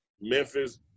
Memphis